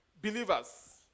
Believers